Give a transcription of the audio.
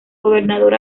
gobernador